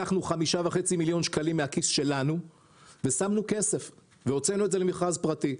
לקחנו 5.5 מיליון שקלים מהכיס שלנו ושמנו כסף והוצאנו את זה למכרז פרטי.